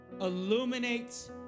Illuminate